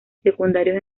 secundarios